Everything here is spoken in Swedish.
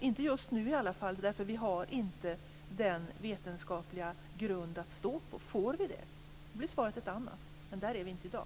Inte just nu i alla fall, därför att vi har inte den vetenskapliga grund att stå på som vi skulle behöva. Får vi det, blir svaret ett annat. Men där är vi inte i dag.